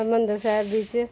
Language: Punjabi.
ਹਰਿਮੰਦਰ ਸਾਹਿਬ ਵਿੱਚ